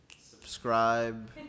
Subscribe